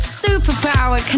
superpower